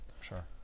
sure